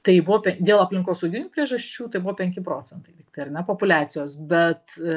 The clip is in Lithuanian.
tai buvo dėl aplinkosauginių priežasčių tai buvo penki procentai tiktai ar ne populiacijos bet